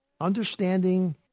understanding